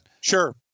Sure